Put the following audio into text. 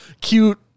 cute